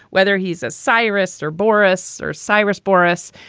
whether he's a siris or boris or siris boris.